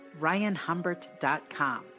ryanhumbert.com